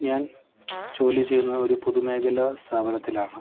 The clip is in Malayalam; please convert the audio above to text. ഞാൻ ജോലിചെയ്യുന്ന ഒരു പൊതുമേഖല സ്ഥാപനത്തിലാണ്